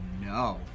no